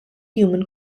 human